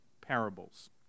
parables